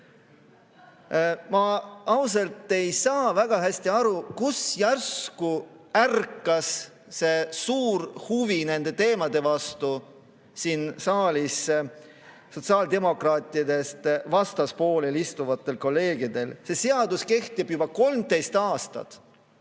Ma ausalt öeldes ei saa väga hästi aru, kust järsku [tekkis] see suur huvi nende teemade vastu siin saalis sotsiaaldemokraatidest vastaspoolel istuvatel kolleegidel. See seadus kehtib juba 13 aastat